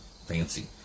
Fancy